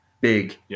big